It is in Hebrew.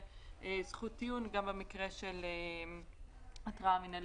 זכות טיעון גם במקרה של התראה מינהלית.